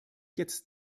jetzt